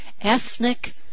ethnic